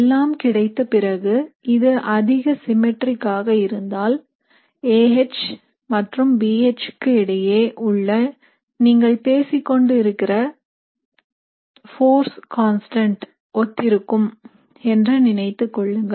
எல்லாம் கிடைத்த பிறகு இது அதிக சிம்மேற்றிக் ஆக இருந்தால் A H மற்றும் B H க்கு இடையே உள்ள நீங்கள் பேசிக்கொண்டு இருக்கின்ற போர்ஸ் கான்ஸ்டன்ட் இதற்கு ஒத்திருக்கும் என்று நினைத்துக் கொள்ளலாம்